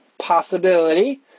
Possibility